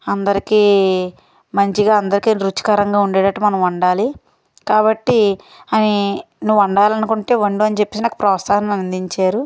అందరికీ మంచిగా అందరికీ రుచికరంగా ఉండేటట్టు మనం వండాలి కాబట్టి అని నువ్వు వండాలి అనుకుంటే వండు అని చెప్పేసి నాకు ప్రోత్సాహం అందించారు